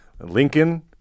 Lincoln